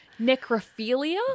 Necrophilia